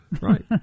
Right